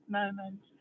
moment